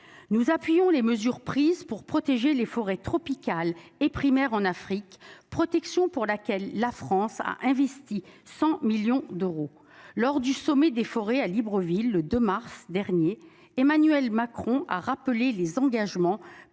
Nous appuyons les mesures prises pour protéger les forêts tropicales et primaire en Afrique protection pour laquelle la France a investi 100 millions d'euros lors du sommet des forêts à Libreville, le 2 mars dernier, Emmanuel Macron a rappelé les engagements pris